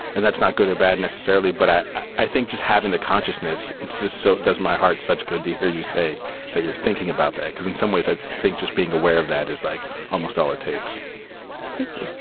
and that's not good or bad necessarily. but i i think just having the consciousness. it's just so does my heart. such good to hear you say that you're thinking about that, because in some ways, i think just being aware of that is like almost all it takes thank you.